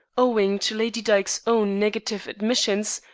owing to lady dyke's own negative admissions,